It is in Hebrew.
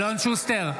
שוסטר,